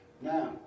Now